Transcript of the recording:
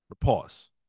Pause